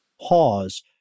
pause